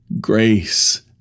grace